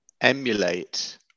emulate